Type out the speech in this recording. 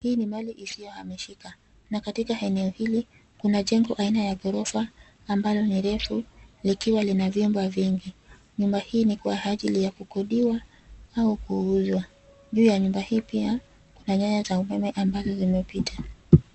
Hii ni mali isiyohamishika na katika eneo hili kuna jengo aina ya ghorofa ambayo ni refu likiwa lina vyumba vingi. Nyumba hii ni kwa ajili ya kukodiwa au kuuzwa. Juu ya nyumba hii pia kuna nyaya za umeme ambazo zimepita.